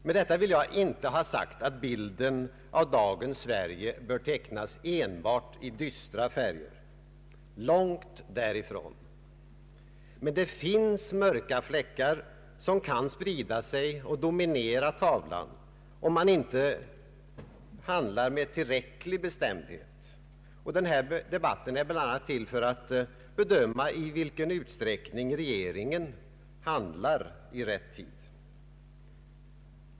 Med detta vill jag inte ha sagt att bilden av dagens Sverige bör tecknas enbart i dystra färger. Långt därifrån. Men det finns mörka fläckar, som kan sprida sig och dominera tavlan, om man inte handlar med tillräcklig bestämdhet. Denna debatt är bl.a. till för att vi skall kunna bedöma i vilken utsträckning regeringen handlar i rätt tid.